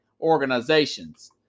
organizations